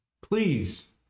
Please